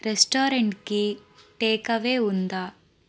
రెస్టారెంట్కి టేకవే ఉందా